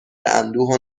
اندوه